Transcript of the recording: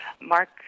Mark